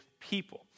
people